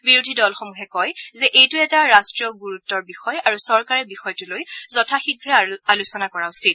বিৰোধী দলসমূহে কয় যে এইটো এটা ৰাট্টীয় গুৰুত্বৰ বিষয় আৰু চৰকাৰে বিষয়টো লৈ যথাশীঘ্ৰে আলোচনা কৰা উচিত